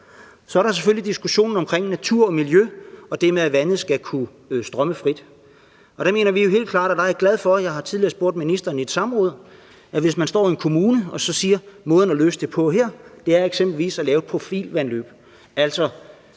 Så er der selvfølgelig diskussionen om natur og miljø og det med, at vandet skal kunne strømme frit. Der mener vi jo helt klart – og jeg er glad for, at jeg tidligere har spurgt ministeren i et samråd – at hvis man står i en kommune og siger, at måden at løse det på her eksempelvis er at lave et profilvandløb,